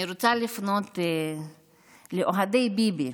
אני רוצה לפנות לאוהדי ביבי